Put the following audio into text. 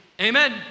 Amen